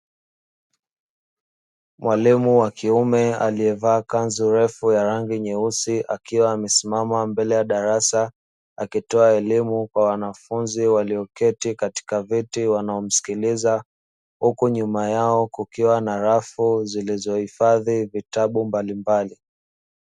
Mwalimu wa kiume aliyevaa kanzu refu ya rangi nyeusi akiwa amesimama mbele ya darasa akitoa elimu kwa wanafunzi walioketi katika viti wanaomsikiliza, huku nyuma yao kukiwa na rafu zilizohifadhi vitabu mbalimbali.